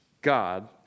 God